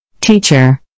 Teacher